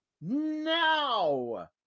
now